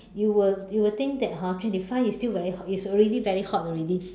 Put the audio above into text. you will you will think that hor twenty five is still very hot it's already very hot already